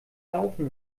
laufen